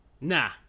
Nah